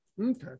Okay